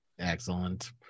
Excellent